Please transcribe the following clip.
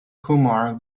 kumar